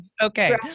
okay